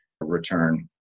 return